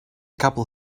couple